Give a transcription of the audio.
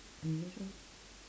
unusual